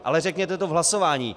Ale řekněte to v hlasování.